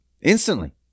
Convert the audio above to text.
instantly